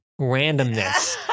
randomness